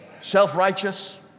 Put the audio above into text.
self-righteous